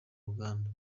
ruganda